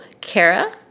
Kara